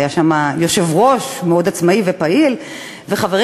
היה שם יושב-ראש עצמאי מאוד ופעיל וחברים